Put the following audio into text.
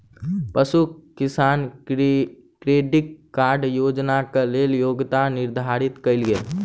पशु किसान credit card योजनाक लेल योग्यता निर्धारित कयल गेल